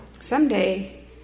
Someday